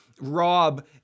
Rob